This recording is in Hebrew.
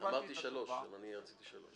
אני רציתי שלוש.